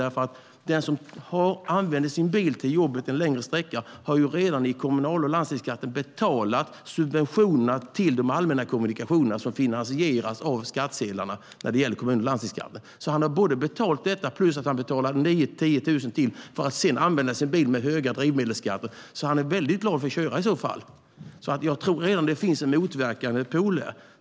Den som använder sin bil till jobbet en längre sträcka har redan genom kommunal och landstingsskatten betalat subventionerna till de allmänna kommunikationerna, som finansieras genom skattsedeln när det gäller kommun och landstingsskatten. Han har betalat detta plus att han betalar 9 000-10 000 kronor till för att använda sin bil med höga drivmedelsskatter - så han är väldigt glad i att köra i så fall. Det finns alltså en motverkande pol här.